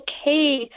okay